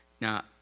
Now